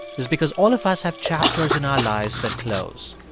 is because all of us have chapters in our lives that close.